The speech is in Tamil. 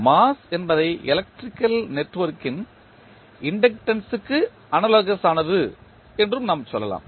இப்போது மாஸ் என்பதை எலக்ட்ரிக் நெட்வொர்க்கின் இன்டக்டன்ஸ் க்கு அனாலோகஸ் ஆனது என்றும் நாம் சொல்லலாம்